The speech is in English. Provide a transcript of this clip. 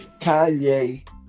Kanye